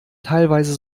teilweise